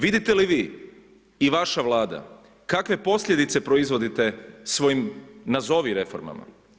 Vidite li vi i vaša Vlada kakve posljedice proizvodite svojim nazovi reformama?